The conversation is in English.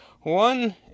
One